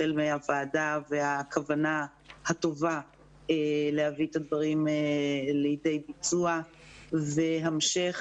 החל מהוועדה והכוונה הטובה להביא את הדברים לידי ביצוע והמשך